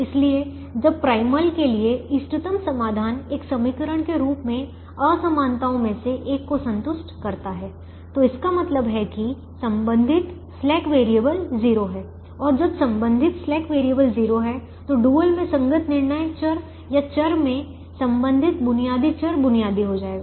इसलिए जब प्राइमल के लिए इष्टतम समाधान एक समीकरण के रूप में असमानताओं में से एक को संतुष्ट करता है तो इसका मतलब है कि संबंधित स्लैक वैरिएबल 0 है और जब संबंधित स्लैक वैरिएबल 0 है तो डुअल में संगत निर्णय चर या चर में संबंधित बुनियादी चर बुनियादी हो जाएगा